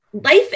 Life